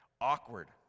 Awkward